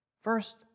First